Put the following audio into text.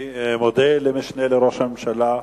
אני מודה למשנה לראש הממשלה.